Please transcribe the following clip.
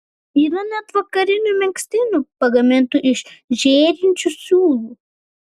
yra net vakarinių megztinių pagamintų iš žėrinčių siūlų